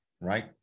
right